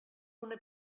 una